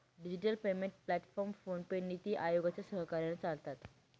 digital payment platform PhonePe, NITI आयोगाच्या सहकार्याने चालतात